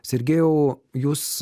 sergejau jūs